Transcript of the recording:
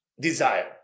desire